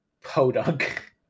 podunk